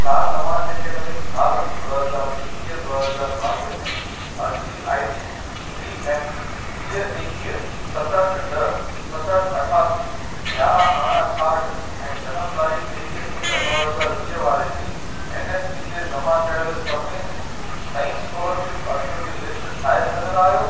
छा तव्हां एक्डेमिक सालु ॿ हज़ार एकवीह ॿ हज़ार ॿावीह में अर्ज़ी आई डी वी एम वीह एकवीह सत अठ ॾह सत अठ अठासी यारहं अरिड़हं छाहठि ऐं जनम तारीख़ु टेवीह सत ॿ हज़ार वीह वारे जी एन एस पी ते जमा कयल सभिनीनि नईं स्कॉलर्शिप अर्जियुनि जी लिस्ट ठाहे सघंदा आहियो